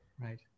Right